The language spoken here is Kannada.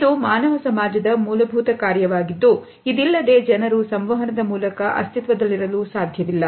ಇದು ಮಾನವ ಸಮಾಜದ ಮೂಲಭೂತ ಕಾರ್ಯವಾಗಿದ್ದು ಇದಿಲ್ಲದೆ ಜನರು ಸಂವಹನದ ಮೂಲಕ ಅಸ್ತಿತ್ವದಲ್ಲಿರಲು ಸಾಧ್ಯವಿಲ್ಲ